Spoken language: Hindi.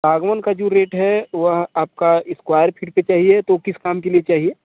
सागौन का जो रेट है वह आपका इस्क्वायर फिट पर चाहिए तो किस काम के लिए चाहिए